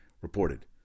reported